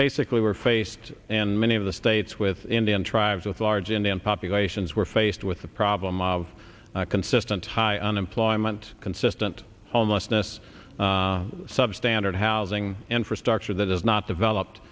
basically were faced and many of the states with indian tribes with large indian populations were faced with the problem of consistent high unemployment consistent homelessness substandard housing infrastructure that is not developed